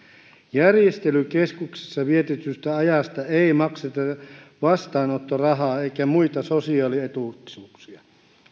järjestelykeskuksissa vietetystä ajasta ei makseta vastaanottorahaa eikä muita sosiaalietuuksia